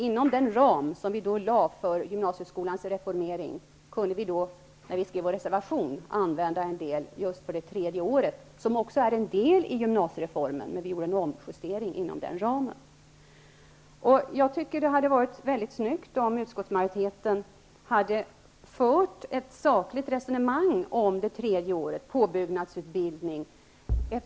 Inom den ram vi lade fast för gymnasieskolans reformering kunde vi, i vår reservation, använda en del just för det tredje året, som också är en del i gymnasiereformen. Vi gjorde alltså en omjustering inom den fastlagda ramen. Det hade enligt min mening varit snyggt om utskottsmajoriteten hade fört ett sakligt resonemang om det tredje året, påbyggnadsutbildningen.